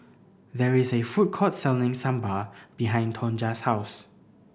there is a food court selling Sambar behind Tonja's house